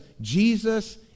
Jesus